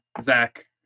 zach